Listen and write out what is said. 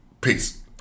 Peace